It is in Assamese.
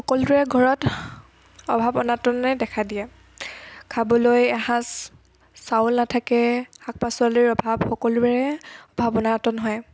সকলোৰে ঘৰত অভাৱ অনাতনে দেখা দিয়ে খাবলৈ এসাঁজ চাউল নাথাকে শাক পাচলিৰ অভাৱ সকলোৰে অভাৱ অনাতন হয়